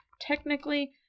technically